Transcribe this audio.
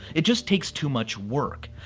it just takes too much work.